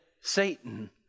Satan